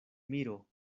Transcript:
miro